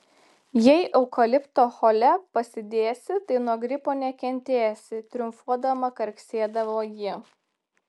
jei eukalipto hole pasidėsi tai nuo gripo nekentėsi triumfuodama karksėdavo ji